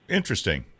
interesting